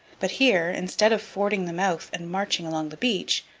but here, instead of fording the mouth and marching along the beach,